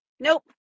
Nope